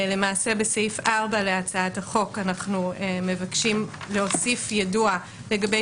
למעשה בסעיף 4 להצעת החוק אנחנו מבקשים להוסיף יידוע לגבי